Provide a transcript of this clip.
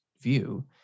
view